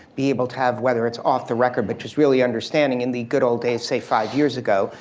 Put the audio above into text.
be able to have whether it's off the record but just really understanding. in the good old days, say five years ago,